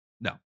no